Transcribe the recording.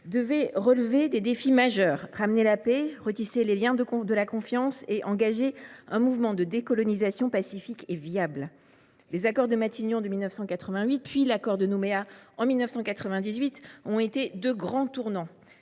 devaient relever des défis majeurs : ramener la paix, renouer les liens de la confiance et engager un mouvement de décolonisation pacifique et viable. Les accords de Matignon en 1988, puis l’accord de Nouméa en 1998 ont été de grands tournants